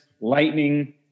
Lightning